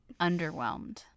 underwhelmed